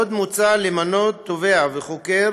עוד מוצע למנות תובע וחוקר